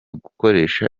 gukoresha